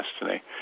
destiny